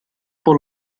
por